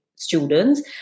students